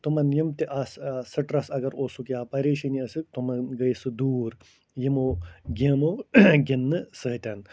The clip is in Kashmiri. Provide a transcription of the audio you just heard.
تِمَن یِم تہِ آسہٕ سٕٹرَس اَگر اوسُکھ یا پریشٲنی ٲسٕکھ تِمَن گٔے سُہ دوٗر یِمَو گیمو گِنٛدنہٕ سۭتۍ